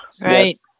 Right